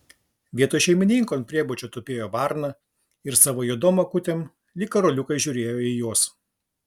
vietoj šeimininko ant priebučio tupėjo varna ir savo juodom akutėm lyg karoliukais žiūrėjo į juos